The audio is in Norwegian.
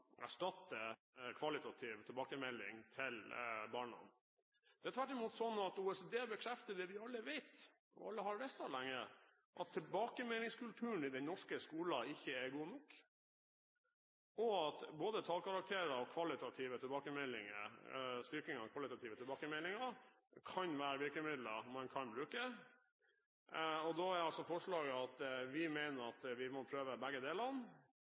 erstatte kvalitativ tilbakemelding til barna. Det er tvert imot slik at OECD bekrefter det vi alle vet og har visst lenge, at tilbakemeldingskulturen i den norske skolen ikke er god nok, og at både tallkarakterer og styrking av kvalitative tilbakemeldinger kan være virkemidler man kan bruke. Forslaget er at vi mener at vi må prøve begge